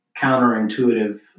counterintuitive